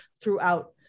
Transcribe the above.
throughout